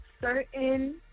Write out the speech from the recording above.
Certain